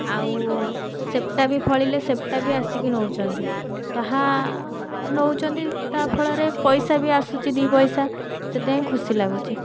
ଆଉ ସେପଟା ବି ଫଳିଲେ ସେପଟା ବି ଆସିକି ନେଉଛନ୍ତି ତାହା ନେଉଛନ୍ତି ତାହା ଫଳରେ ପଇସା ବି ଆସୁଛି ଦୁଇ ପଇସା ସେଥିପାଇଁ ଖୁସି ଲାଗୁଛି